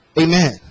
Amen